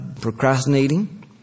procrastinating